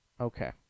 Okay